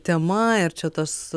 tema ir čia tas